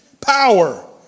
Power